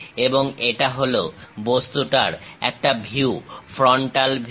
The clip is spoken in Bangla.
এবং এটা হলো ঐ বস্তুটার একটা ভিউ ফ্রন্টাল ভিউ